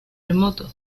remoto